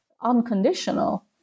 unconditional